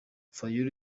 fayulu